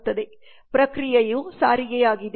ಪ್ರಕ್ರಿಯೆಯು ಸಾರಿಗೆಯಾಗಿದೆ